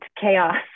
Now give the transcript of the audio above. chaos